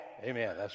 Amen